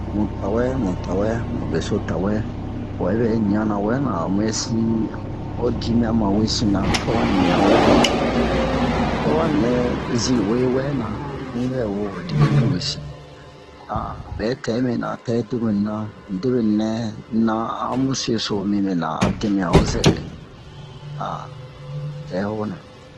Mu tawɛ mu tawɛ mu beso tawɛ ma yi bɛ ɲana wɛ na a muyɛsi ho dimiyan ma wesina fa wa ɲa wɛna fa wa nɛ zin'uwe wɛ na mu yi bɛ wo ho dimiyan mi wesin bɛ tɛ mɛna tɛ debenu na ni debenu nɛ na a mu se so mi mɛna a dɛmɛ'a o zɛrɛ tɛ ho na